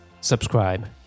subscribe